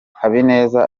habineza